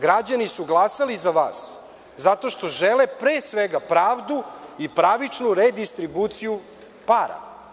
Građani su glasali za vas zato što žele pre svega pravdu i pravičnu redistribuciju para.